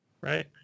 Right